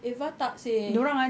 eva tak seh